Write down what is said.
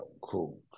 Cool